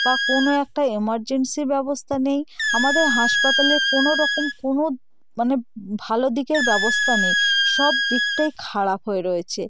বা কোনো একটা এমার্জেন্সির ব্যবস্থা নেই আমাদের হাসপাতালে কোনো রকম কোনো মানে ভালো দিকের ব্যবস্থা নেই সব দিকটাই খারাপ হয়ে রয়েছে